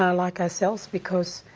ah like ourselves, because,